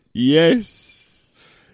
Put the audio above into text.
Yes